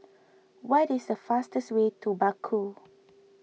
what is the fastest way to Baku